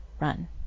run